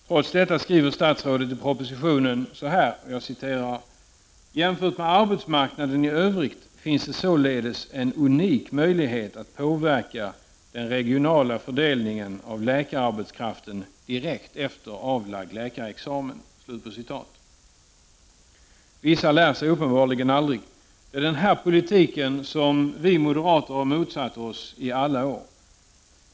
Trots detta skriver statsrådet i propositionen: ”Jämfört med arbetsmarknaden i övrigt finns det således en unik möjlighet att påverka den regionala fördelningen av läkararbetskraften direkt efter avlagd läkarexamen.” Vissa lär sig uppenbarligen aldrig. Det är den här politiken som vi moderater har motsatt oss i alla år.